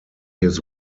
his